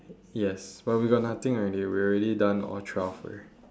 yes but we got nothing already we already done all twelve already